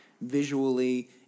visually